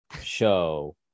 show